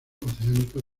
oceánico